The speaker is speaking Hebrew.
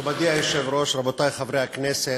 מכובדי היושב-ראש, רבותי חברי הכנסת,